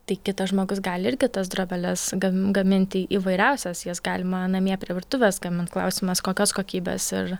tai kitas žmogus gali irgi tas drobeles gam gaminti įvairiausias jas galima namie prie virtuvės gamint klausimas kokios kokybės ir